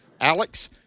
Alex